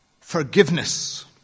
forgiveness